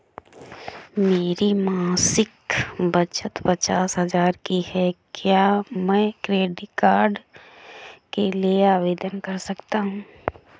मेरी मासिक बचत पचास हजार की है क्या मैं क्रेडिट कार्ड के लिए आवेदन कर सकता हूँ?